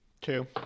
two